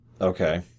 Okay